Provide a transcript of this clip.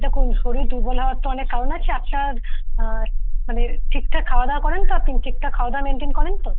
দেখুন শরীর দুর্বল হওয়ার তো অনেক কারণ আছে আচ্ছা মানে ঠিকঠাক খাওয়া দাওয়া করেন তো আপনি ঠিকঠাক খাওয়া দাওয়া মেনটেন করেন তো